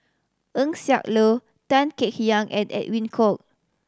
Eng Siak Loy Tan Kek Hiang and Edwin Koek